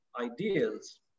ideals